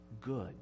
good